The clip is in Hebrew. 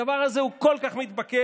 הדבר הזה כל כך מתבקש,